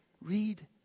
read